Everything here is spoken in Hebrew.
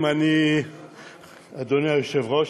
אדוני היושב-ראש,